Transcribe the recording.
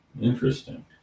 Interesting